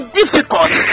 difficult